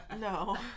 No